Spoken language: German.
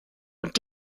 und